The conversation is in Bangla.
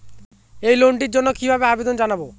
এই লোনটির জন্য কিভাবে আবেদন জানাবো?